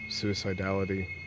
suicidality